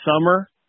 summer –